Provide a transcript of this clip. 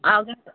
अब